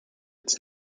its